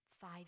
five